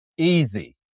easy